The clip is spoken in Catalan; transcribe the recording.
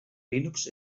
linux